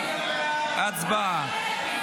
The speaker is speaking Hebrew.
הצבעה.